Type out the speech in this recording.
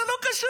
זה לא קשור.